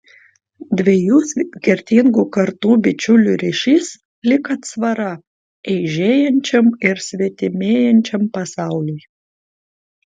dviejų skirtingų kartų bičiulių ryšys lyg atsvara eižėjančiam ir svetimėjančiam pasauliui